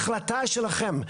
החלטה שלכם.